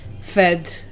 fed